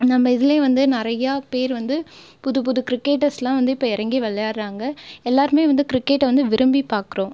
நம்ம இதுலேயும் வந்து நிறையா பேர் வந்து புதுப்புது கிரிக்கெட்டர்ஸெல்லாம் இப்போ வந்து இறங்கி விளையாடுகிறாங்க எல்லாேருமே வந்து கிரிக்கெட்டை வந்து விரும்பி பார்க்குறோம்